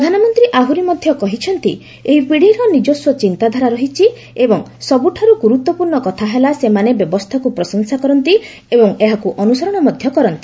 ପ୍ରଧାନମନ୍ତ୍ରୀ ଆହୁରି ମଧ୍ୟ କହିଛନ୍ତି ଏହି ପିଢ଼ିର ନିଜସ୍ୱ ଚିନ୍ତାଧାରା ରହିଛି ଏବଂ ସବୁଠାରୁ ଗୁରୁତ୍ୱପୂର୍ଣ୍ଣ କଥା ହେଲା ସେମାନେ ବ୍ୟବସ୍ଥାକୁ ପ୍ରଶଂସା କରନ୍ତି ଓ ଏହାକୁ ଅନୁସରଣ ମଧ୍ୟ କରନ୍ତି